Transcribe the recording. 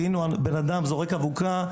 זיהינו אדם זורק אבוקה,